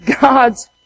God's